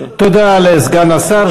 תודה לסגן השר.